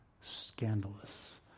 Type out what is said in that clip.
scandalous